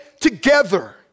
together